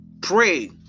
pray